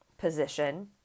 position